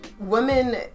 Women